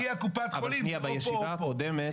כי קופת החולים זה או פה או פה,